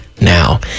now